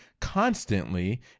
constantly